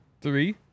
Three